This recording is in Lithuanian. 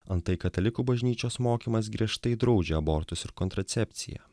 antai katalikų bažnyčios mokymas griežtai draudžia abortus ir kontracepciją